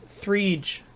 Threege